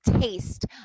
taste